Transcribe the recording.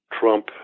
Trump